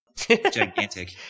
Gigantic